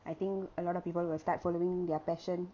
I think a lot of people will start following their passion